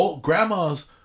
Grandmas